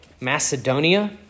Macedonia